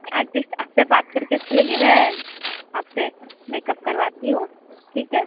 artist आपसे बात करके अच्छी लगी मैं आपसे मेकअप करवाती हूँ ठीक है